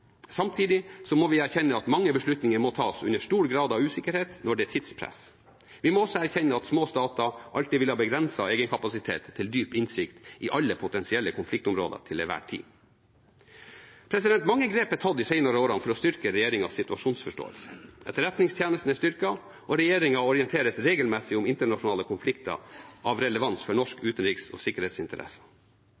Samtidig må vi erkjenne at mange beslutninger må tas under stor grad av usikkerhet når det er tidspress. Vi må også erkjenne at små stater alltid vil ha begrenset egenkapasitet til dyp innsikt i alle potensielle konfliktområder til enhver tid. Mange grep er tatt de senere årene for å styrke regjeringens situasjonsforståelse. Etterretningstjenesten er styrket, og regjeringen orienteres regelmessig om internasjonale konflikter av relevans for